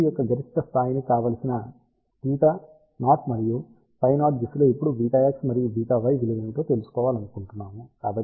కాబట్టి బీమ్ యొక్క గరిష్ట స్థాయిని కావలసిన θ0 మరియు φ0 దిశలో ఇప్పుడు βx మరియు βy విలువ ఏమిటో తెలుసుకోవాలనుకుంటున్నాము